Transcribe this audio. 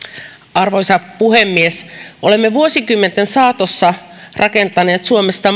arvoisa puhemies olemme vuosikymmenten saatossa rakentaneet suomesta